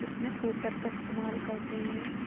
اس میں کوکر کا استعمال کرتے ہیں